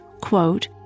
quote